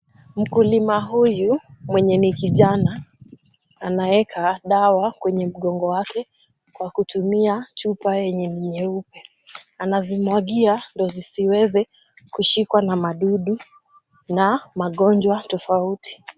Mkulima huyu mwenye ni kijana anaeka dawa kwenye mgongo wake, kwa kutumia chupa yenye ni nyeupe. Anazimwagia ndio zisiweze, kushikwa na madudu na magonjwa tofauti.